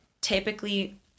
typically